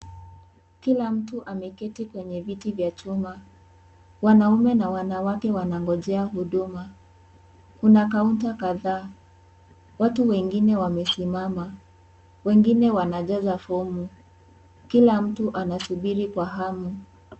Kila mtu ameketi kwenye viti vya chuma wanaume na wanawake wanangojea huduma kuna kaunta kadhaa, watu wengine wamesimama wengine wanajaza fomu kila mtu anasubiri kwa hamu.